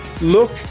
look